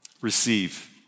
receive